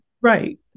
Right